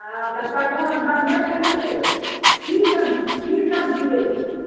हाँ तब पकमान बनबै कना छियै की सभ की सभ दियै छियै